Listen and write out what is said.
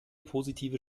positive